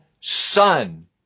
son